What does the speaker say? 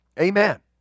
Amen